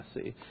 see